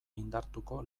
indartuko